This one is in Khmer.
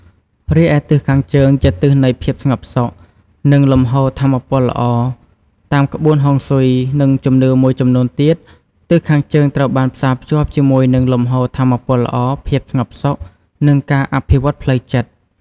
រីឯទិសខាងជើងជាទិសនៃភាពស្ងប់សុខ និងលំហូរថាមពលល្អ តាមក្បួនហុងស៊ុយ និងជំនឿមួយចំនួនទៀត ទិសខាងជើងត្រូវបានផ្សារភ្ជាប់ជាមួយនឹងលំហូរថាមពលល្អ ភាពស្ងប់សុខ និងការអភិវឌ្ឍន៍ផ្លូវចិត្ត។